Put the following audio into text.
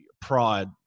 pride